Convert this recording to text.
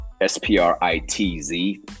S-P-R-I-T-Z